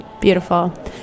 Beautiful